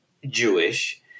Jewish